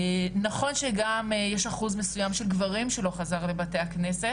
נכון שגם יש אחוז מסוים של גברים שלא חזר לבתי הכנסת,